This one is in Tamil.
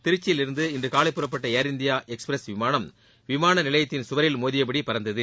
திருச்சியிலிருந்து இன்றுகாலை புறப்பட்ட ஏர் இண்டியா எக்ஸ்பிரஸ் விமானம் விமான நிலையத்தின் சுவரில் மோதியபடியே பறந்தது